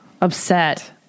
upset